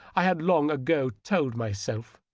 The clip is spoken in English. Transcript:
i had long ago told myself,